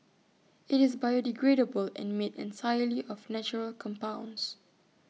IT is biodegradable and made entirely of natural compounds